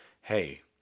hey